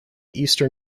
eastern